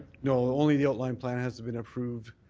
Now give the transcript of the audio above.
no, only the outline plan hasn't been approved.